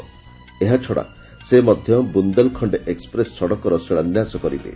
ଏହାଛଡ଼ା ସେ ମଧ୍ୟ ବୁଦେଲଖଣ୍ଡ ଏକୁପ୍ରେସ୍ ସଡ଼କର ଶିଳାନ୍ୟାସ କରିବେ